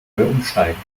umsteigen